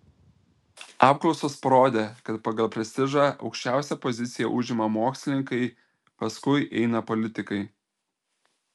apklausos parodė kad pagal prestižą aukščiausią poziciją užima mokslininkai paskui eina politikai